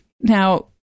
now